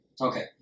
okay